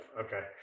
okay